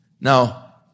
Now